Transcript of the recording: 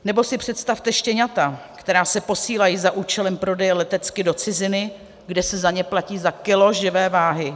Nebo si představte štěňata, která se posílají za účelem prodeje letecky do ciziny, kde se za ně platí za kilo živé váhy.